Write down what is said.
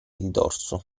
dorso